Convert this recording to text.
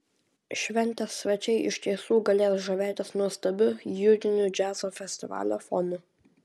šventės svečiai iš tiesų galės žavėtis nuostabiu jūriniu džiazo festivalio fonu